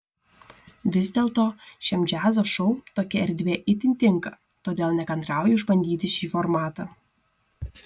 vis dėlto šiam džiazo šou tokia erdvė itin tinka todėl nekantrauju išbandyti šį formatą